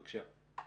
בבקשה.